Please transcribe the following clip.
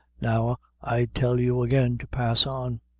now, i tell you again to pass on.